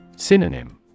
Synonym